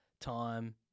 time